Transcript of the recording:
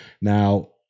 Now